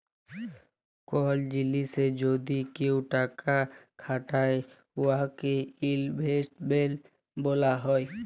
call জিলিসে যদি কেউ টাকা খাটায় উয়াকে ইলভেস্টমেল্ট ব্যলা হ্যয়